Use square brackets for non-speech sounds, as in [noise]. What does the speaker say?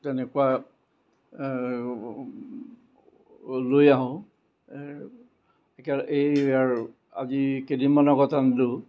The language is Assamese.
তেনেকুৱা লৈ আহোঁ [unintelligible] এই ইয়াৰ আজি কেইদিনমান আগত আনিলোঁ